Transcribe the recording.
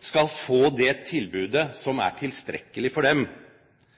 skal få det tilbudet som er tilstrekkelig for dem.